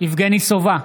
יבגני סובה,